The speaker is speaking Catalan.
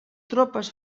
tropes